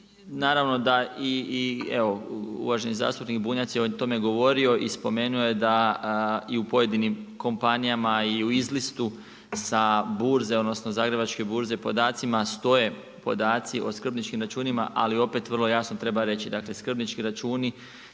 naravno da i evo uvaženi zastupnik Bunjac je o tome govorio i spomenuo je da i u pojedinim kompanijama i u izlistu sa burze odnosno Zagrebačke burze podacima stoje podaci o skrbničkim računima, ali opet vrlo jasno treba reći, dakle skrbnički računi